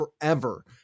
forever